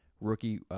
rookie